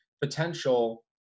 potential